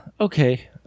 okay